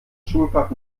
schulfach